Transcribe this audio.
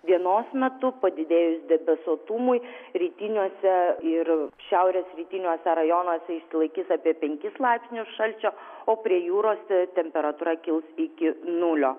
dienos metu padidėjus debesuotumui rytiniuose ir šiaurės rytiniuose rajonuose išsilaikys apie penkis laipsnius šalčio o prie jūros temperatūra kils iki nulio